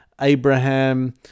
Abraham